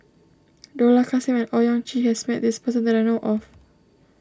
Dollah Kassim and Owyang Chi has met this person that I know of